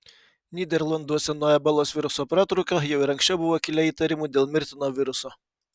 nyderlanduose nuo ebolos viruso protrūkio jau ir anksčiau buvo kilę įtarimų dėl mirtino viruso